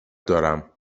دارم